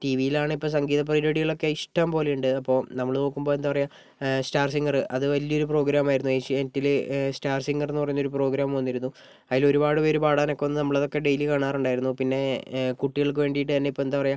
T V ആണെ ഇപ്പോൾ സംഗീത പരിപാടികളൊക്കെ ഇഷ്ടം പോലെ ഉണ്ട് അപ്പോൾ നമ്മൾ നോക്കുമ്പോൾ എന്താ പറയുകാ സ്റ്റാർ സിംഗർ അത് വലിയൊരു പ്രോഗ്രാമായിരുന്നു ഏഷ്യാനെറ്റിൽ സ്റ്റാർ സിംഗറെന്ന് പറയുന്നൊരു പ്രോഗ്രാം വന്നിരുന്നു അതിലൊരുപാട് പേര് പാടാൻ വന്ന് നമ്മളതൊക്കെ ഡെയിലി കാണാറുണ്ടായിരുന്നു പിന്നെ കുട്ടികൾക്ക് വെണ്ടിയിട്ട് തന്നെ ഇപ്പോൾ എന്താ പറയുക